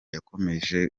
yakomerekejwe